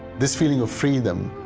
this feeling of freedom,